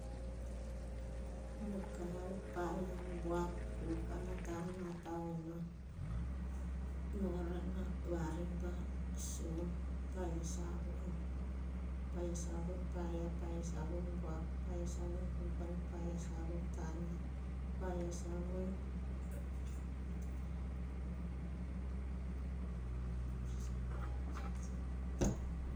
Mukai. Paia. Vabuak. Vokana. Vatana. Nolana. Variba. Sum. Paia savun paia. Paia savun buak. Paia sabun kukana